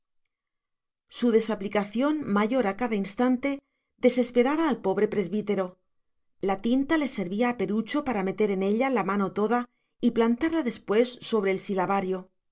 su desaplicación mayor a cada instante desesperaba al pobre presbítero la tinta le servía a perucho para meter en ella la mano toda y plantarla después sobre el silabario